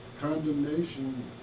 condemnation